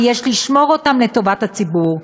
ויש לשמור אותם לטובת הציבור.